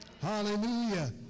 hallelujah